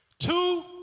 Two